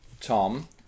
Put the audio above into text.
Tom